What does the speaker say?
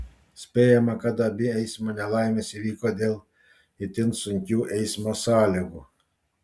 spėjama kad abi eismo nelaimės įvyko dėl itin sunkių eismo sąlygų